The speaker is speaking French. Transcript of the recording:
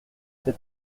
cet